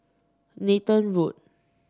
Nathan Road